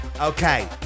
Okay